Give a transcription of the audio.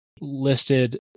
listed